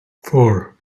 four